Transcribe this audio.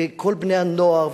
וכל בני-הנוער,